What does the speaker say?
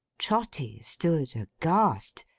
trotty stood aghast,